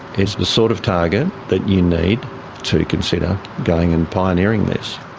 it's the sort of target that you need to consider going and pioneering this.